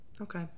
Okay